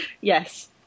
Yes